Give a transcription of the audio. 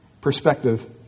perspective